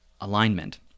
alignment